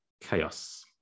chaos